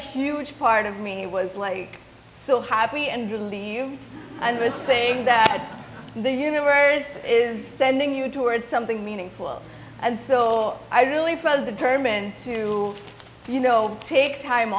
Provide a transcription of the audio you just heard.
huge part of me was like so happy and relieved and was saying that the universe is sending you towards something meaningful and so i really for the determined to you know take time